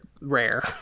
rare